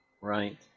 right